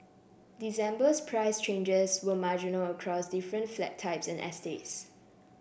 December's price changes were marginal across different flat types and estates